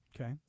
okay